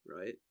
right